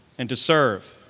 and to serve.